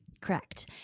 correct